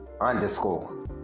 Underscore